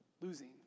losing